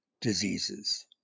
diseases